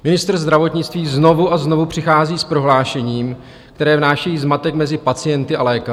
Ministr zdravotnictví znovu a znovu přichází s prohlášením, které vnáší zmatek mezi pacienty a lékaře.